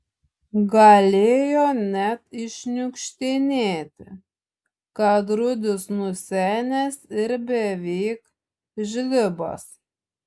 galėjo net iššniukštinėti kad rudis nusenęs ir beveik žlibas